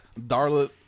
Darla